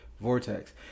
vortex